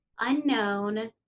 unknown